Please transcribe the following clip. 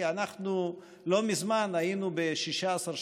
כי אנחנו לא מזמן היינו ב-16%,